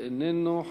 איננו,